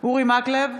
אורי מקלב,